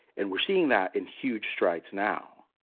and we're seeing that in huge strides now.